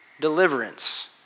deliverance